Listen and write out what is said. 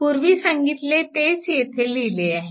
पूर्वी सांगितले तेच येथे लिहिले आहे